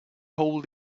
whole